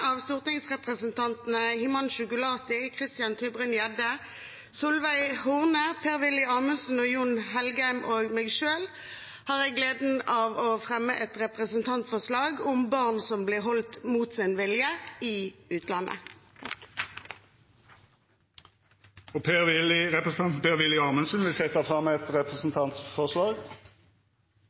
av stortingsrepresentantene Himanshu Gulati, Christian Tybring-Gjedde, Solveig Horne, Per-Willy Amundsen, Jon Engen-Helgheim og meg selv har jeg gleden av å fremme et representantforslag om barn som blir holdt mot sin vilje i utlandet. Representanten Per-Willy Amundsen vil setja fram eit representantforslag.